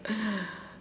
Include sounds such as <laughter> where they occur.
<noise>